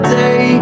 day